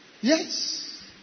Yes